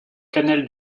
canal